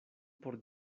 por